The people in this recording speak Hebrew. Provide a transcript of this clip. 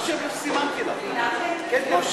מה שסימנתי לכם.